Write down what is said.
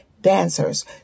dancers